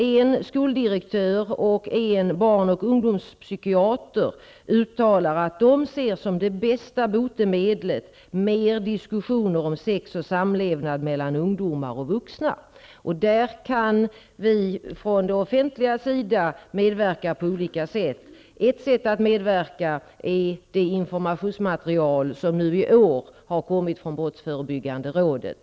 En skoldirektör och en barn och ungdomspsykiater uttalar att de som det bästa botemedlet ser mer diskussioner om sex och samlevnad mellan ungdomar och vuxna. Där kan vi från den offentliga sidan medverka på olika sätt. Ett sätt att medverka är det informationsmaterial om sexualbrott mot barn som i år har kommit från brottsförebyggande rådet.